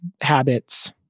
habits